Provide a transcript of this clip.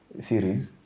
series